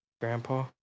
Grandpa